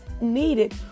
needed